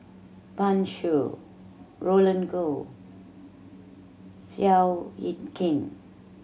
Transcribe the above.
Pan Shou Roland Goh Seow Yit Kin